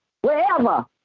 Wherever